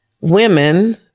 women